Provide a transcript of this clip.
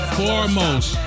foremost